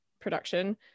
production